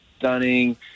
stunning